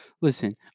Listen